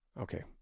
okay